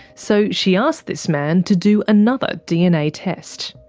so she asked this man to do another dna test.